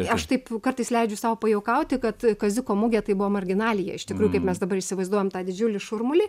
aš taip kartais leidžiu sau pajuokauti kad kaziuko mugė tai buvo marginalija iš tikrųjų kaip mes dabar įsivaizduojam tą didžiulį šurmulį